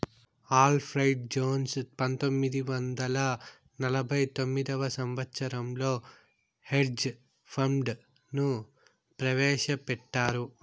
Alfred Jones పంతొమ్మిది వందల నలభై తొమ్మిదవ సంవచ్చరంలో హెడ్జ్ ఫండ్ ను ప్రవేశపెట్టారు